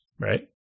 Right